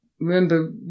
remember